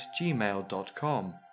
gmail.com